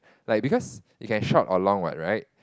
like because you can shop along what right